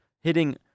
hitting